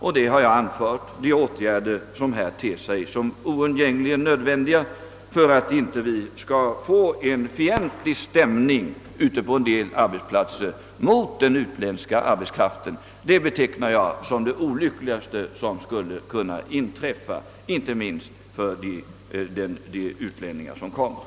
Jag har också angivit vilka åtgärder som ter sig som oundgängligen nödvändiga för att det inte skall bli en fientlig stämning mot den utländska arbetskraften ute på en del arbetsplatser. Det vore enligt min mening det olyckligaste som skulle kunna inträffa, inte minst för utlänningarna själva.